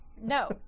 No